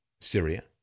Syria